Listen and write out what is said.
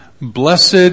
Blessed